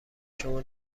شما